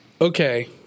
Okay